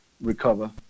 recover